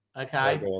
Okay